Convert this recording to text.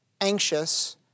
anxious